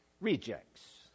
rejects